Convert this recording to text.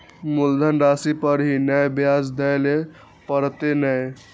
मुलधन राशि पर ही नै ब्याज दै लै परतें ने?